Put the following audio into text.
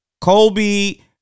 Colby